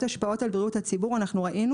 השפעות על בריאות הציבור אנחנו ראינו